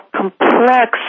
complex